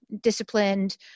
disciplined